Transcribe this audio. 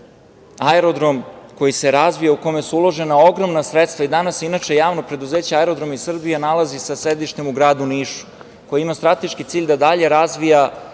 aerodrom koji se razvija, u kome su uložena ogromna sredstva i danas se inače javno preduzeće „Aerodromi Srbije“ nalazi sa sedištem u gradu Nišu, koje ima strateški cilj da dalje razvija